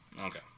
Okay